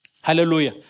Hallelujah